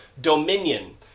dominion